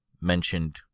mentioned